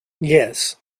yes